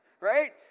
Right